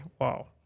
Wow